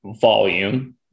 volume